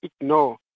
ignore